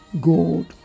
God